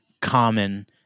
common